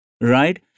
Right